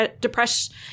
depression